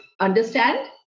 Understand